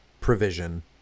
provision